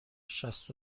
شصت